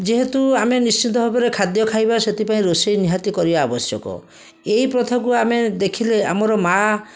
ଯେହେତୁ ଆମେ ନିଶ୍ଚିତ ଭାବରେ ଖାଦ୍ୟ ଖାଇବା ସେଥିପାଇଁ ରୋଷେଇ ନିହାତି କରିବା ଆବଶ୍ୟକ ଏହି ପ୍ରଥାକୁ ଆମେ ଦେଖିଲେ ଆମର ମା'